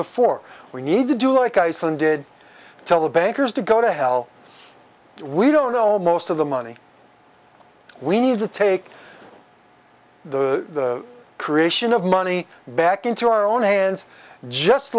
before we need to do like iceland did tell the bankers to go to hell we don't know most of the money we need to take the creation of money back into our own hands just